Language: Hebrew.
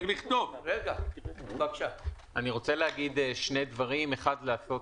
אני רוצה להגיד שני דברים: האחד לעשות